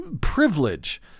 privilege